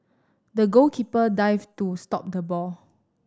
the goalkeeper dived to stop the ball